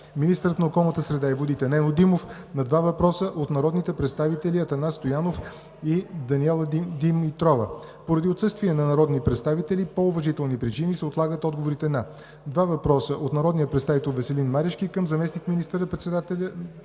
министърът на околната среда и водите Нено Димов на два въпроса от народните представители Атанас Стоянов и Даниела Димитрова. Поради отсъствие на народни представители по уважителни причини се отлагат отговорите на: - два въпроса от народния представител Веселин Марешки към заместник министър-председателя